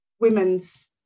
women's